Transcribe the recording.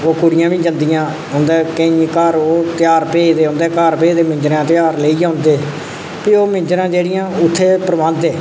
ओह् कुड़ियां बी जंदियां उं'दे केइयें दे घर ओह् तेहार भेजदे उं'दे घर भेजदे मिंजरें दा तेहार लेइयै जंदे भी मिंजरां जेह्ड़ियां उत्थै परबांह्दे